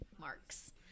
marks